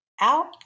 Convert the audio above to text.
out